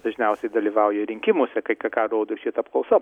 dažniausiai dalyvauja rinkimuose kai ką ką rodo šita apklausa